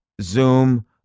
Zoom